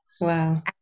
Wow